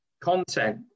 content